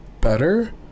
better